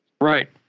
right